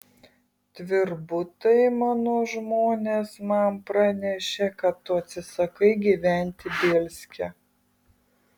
tvirbutai mano žmonės man pranešė kad tu atsisakai gyventi bielske